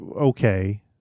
okay